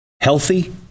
healthy